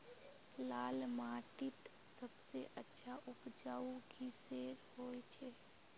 लाल माटित सबसे अच्छा उपजाऊ किसेर होचए?